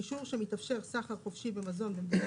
אישור שמתאפשר סחר חופשי במזון במדינה